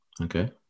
Okay